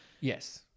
Yes